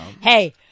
Hey